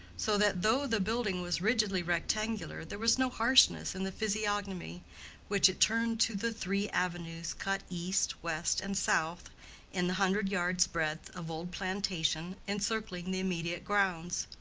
so that though the building was rigidly rectangular there was no harshness in the physiognomy which it turned to the three avenues cut east, west and south in the hundred yards' breadth of old plantation encircling the immediate grounds.